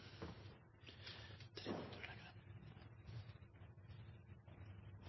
tre